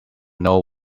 know